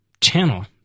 channel